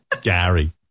Gary